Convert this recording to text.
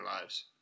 lives